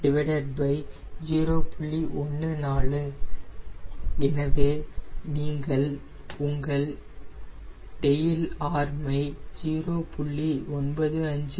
14 எனவே நீங்கள் உங்கள் டெயில் ஆர்ம் ஐ 0